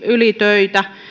ylitöitä